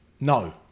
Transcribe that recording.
No